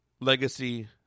Legacy